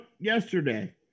Yesterday